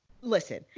Listen